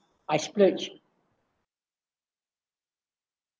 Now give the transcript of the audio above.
I splurge